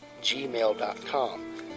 gmail.com